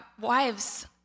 wives